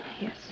Yes